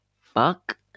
fuck